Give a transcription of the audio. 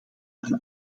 een